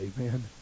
amen